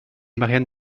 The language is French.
marianne